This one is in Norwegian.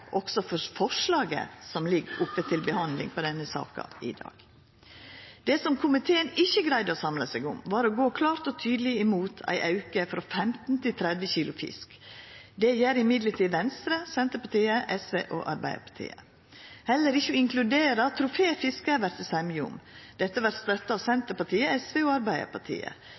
også for framlegget som ligg føre til behandling i denne saka i dag. Det som komiteen ikkje greidde å samla seg om, var å gå klart og tydeleg imot ein auke frå 15 til 30 kg fisk. Men det gjer Venstre, Senterpartiet, SV og Arbeidarpartiet. Heller ikkje vert det semje om å inkludera troféfiske. Dette vert støtta av Senterpartiet, SV og Arbeidarpartiet.